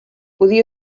podia